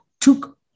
took